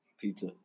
Pizza